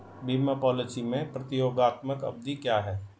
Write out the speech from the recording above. बीमा पॉलिसी में प्रतियोगात्मक अवधि क्या है?